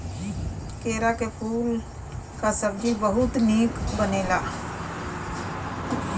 केरा के फूले कअ सब्जी बहुते निक बनेला